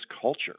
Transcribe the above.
culture